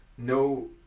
No